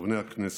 חברי הכנסת,